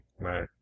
Right